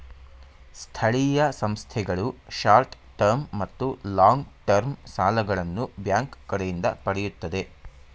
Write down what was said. ಸ್ಥಳೀಯ ಸಂಸ್ಥೆಗಳು short term ಮತ್ತು ಲಾಂಗ್ ಟರ್ಮ್ ಸಾಲಗಳನ್ನು ಬ್ಯಾಂಕ್ ಕಡೆಯಿಂದ ಪಡೆಯುತ್ತದೆ